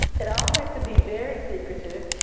it all has to be very secretive,